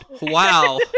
Wow